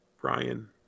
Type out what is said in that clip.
Brian